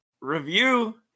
review